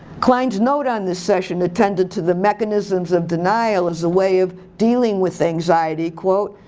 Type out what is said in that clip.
klein's note on this session attended to the mechanisms of denial as a way of dealing with anxiety. quote,